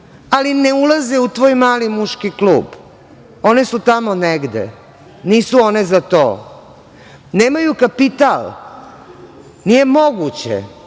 ali ne ulaze u tvoj mali muški klub, one su tamo negde, nisu one za to, nemaju kapital. Nije moguće,